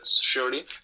surely